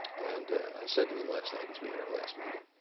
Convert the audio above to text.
and i said to them last night because we had our last meeting.